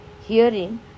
hearing